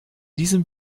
diesem